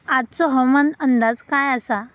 आजचो हवामान अंदाज काय आसा?